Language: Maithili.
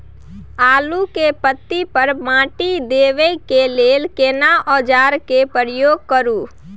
आलू के पाँति पर माटी देबै के लिए केना औजार के प्रयोग करू?